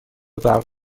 برق